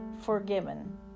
forgiven